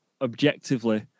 objectively